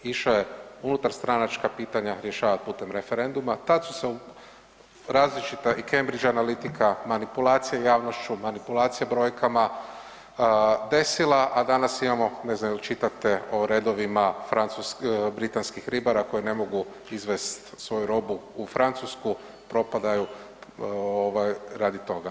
Išao je unutarstranačka pitanja rješavati putem referenduma, tada su različita i cambridge analitika, manipulacije javnošću, manipulacija brojkama desila, a danas imamo, ne znam jel čitate o redovima britanskih ribara koji ne mogu izvest svoju robu u Francusku propadaju radi toga.